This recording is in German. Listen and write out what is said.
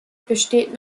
besteht